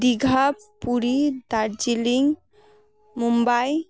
Digha Puri Darjeeling Mumbai